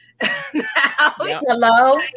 Hello